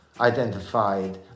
identified